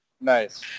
nice